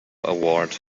award